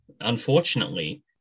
unfortunately